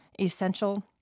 essential